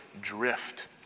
drift